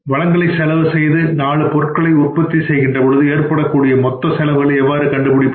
வளங்களை செலவுசெய்து 4 பொருட்களை உற்பத்தி செய்கின்ற பொழுது ஏற்படக்கூடிய மொத்த செலவுகளை எவ்வாறு கண்டுபிடிப்பது